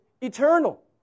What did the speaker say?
eternal